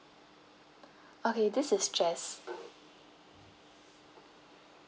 okay this is jess